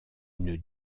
une